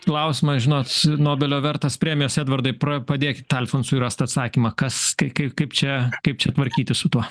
klausimas žinot nobelio vertas premijos edvardai pra padėkit alfonsui rast atsakymą kas kai kai kaip čia kaip čia tvarkytis su tuo